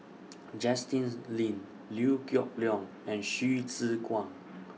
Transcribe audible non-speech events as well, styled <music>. <noise> Justin Lean Liew Geok Leong and Hsu Tse Kwang